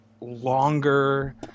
longer